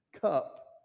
cup